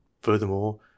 Furthermore